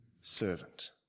servant